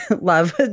love